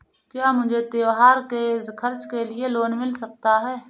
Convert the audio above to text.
क्या मुझे त्योहार के खर्च के लिए लोन मिल सकता है?